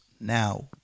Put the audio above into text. Now